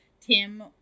Tim